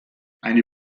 eine